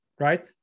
right